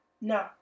No